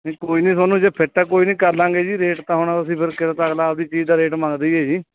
ਕੋਈ ਨਹੀਂ ਤੁਹਾਨੂੰ ਜੇ ਫਿੱਟ ਹੈ ਕੋਈ ਨਹੀਂ ਕਰ ਲਾਂਗੇ ਜੀ ਰੇਟ ਤਾਂ ਹੁਣ ਅਸੀਂ ਫਿਰ ਕਿਤੇ ਤਾਂ ਅਗਲਾ ਆਪਦੀ ਚੀਜ਼ ਦਾ ਰੇਟ ਮੰਗਦਾ ਹੀ ਹੈ ਜੀ